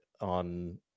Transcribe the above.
on